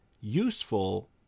useful